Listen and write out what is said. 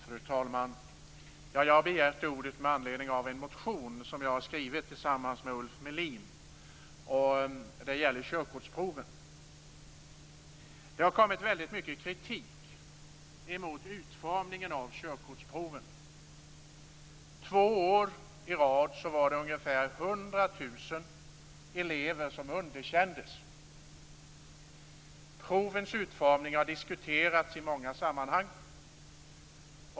Fru talman! Jag har begärt ordet med anledning av en motion som jag har skrivit tillsammans med Ulf Melin. Det gäller körkortsproven. Det har framförts väldigt mycket kritik mot utformningen av körkortsproven. Två år i rad har det varit ca 100 000 elever som har underkänts. Provens utformning har diskuterats i många sammanhang.